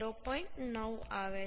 9 આવે છે